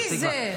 מי זה?